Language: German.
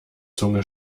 zunge